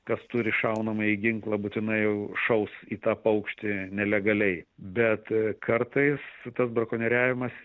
kas turi šaunamąjį ginklą būtinai šaus į tą paukštį nelegaliai bet kartais tas brakonieriavimas